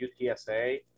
UTSA